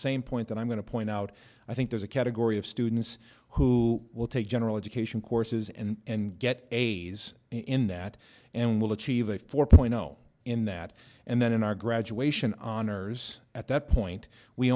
same point that i'm going to point out i think there's a category of students who will take general education courses and get a in that and will achieve a four point zero in that and then in our graduation honors at that point we